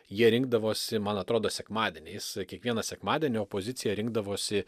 jie rinkdavosi man atrodo sekmadieniais kiekvieną sekmadienį opozicija rinkdavosi